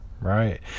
right